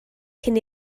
cyn